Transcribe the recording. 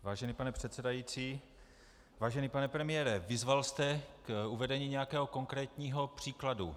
Vážený pane předsedající, vážený pane premiére, vyzval jste k uvedení nějakého konkrétního příkladu.